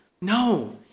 No